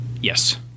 Yes